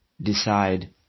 decide